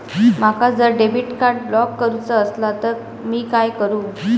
माका जर debit card block करूचा असला तर मी काय करू?